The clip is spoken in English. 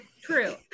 True